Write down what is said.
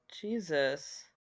jesus